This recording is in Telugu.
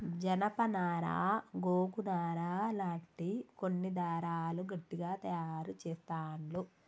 జానప నారా గోగు నారా లాంటి కొన్ని దారాలు గట్టిగ తాయారు చెస్తాండ్లు